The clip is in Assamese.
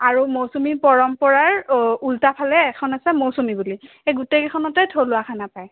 আৰু মৌচুমী পৰম্পৰাৰ উল্টা ফালে এখন আছে মৌচুমী বুলি এই গোটেই কেইখনতে থলুৱা খানা পায়